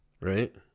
right